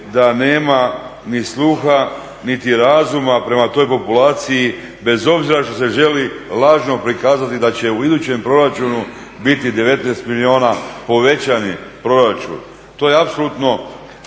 da nema ni sluha, niti razuma prema toj populaciji bez obzira što ste željeli lažno prikazati da će u idućem proračunu biti 19 milijuna povećani proračun. To je apsolutno